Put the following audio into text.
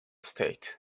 state